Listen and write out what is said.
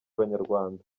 banyarwanda